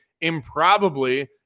Improbably